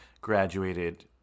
graduated